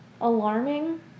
alarming